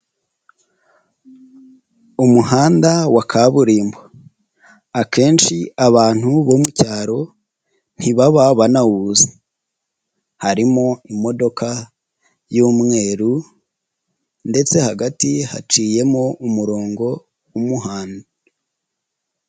Umuhanda wa kaburimbo akenshi abantu bo mu cyaro ntibaba banawuzi, harimo imodoka y'umweru, ndetse hagati haciyemo umurongo w'umuhanda.